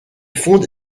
fonde